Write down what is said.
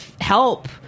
help